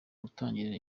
gutangiza